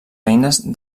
beines